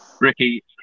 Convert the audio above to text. Ricky